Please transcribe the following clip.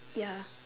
ya